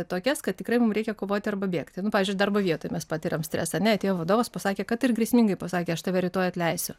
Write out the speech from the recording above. tokias kad tikrai mum reikia kovoti arba bėgti nu pavyzdžiui darbo vietoje mes patiriam stresą ar ne atėjo vadovas pasakė kad ir grėsmingai pasakė aš tave rytoj atleisiu